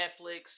Netflix